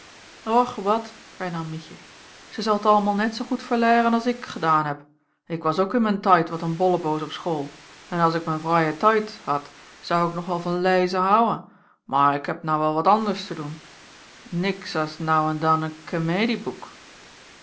och wat hernam mietje zij zal het allemaal net zoo goed verleiren a's ik gedaan heb ik was ook in m'n taid wat een bolleboos op school en a's ik m'n vraien taid had zou ik nog wel van leizen houen mair ik heb nou wel wat anders te doen niks a's nou en dan n